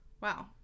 Wow